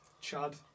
Chad